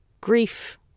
grief